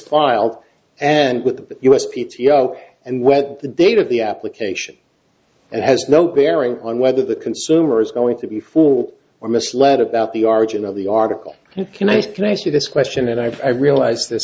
file and with us p t o and what the date of the application and has no bearing on whether the consumer is going to be fooled or misled about the origin of the article can i can ask you this question and i realize th